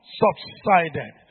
subsided